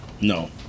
No